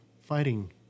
fighting